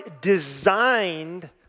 designed